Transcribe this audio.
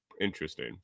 Interesting